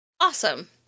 Awesome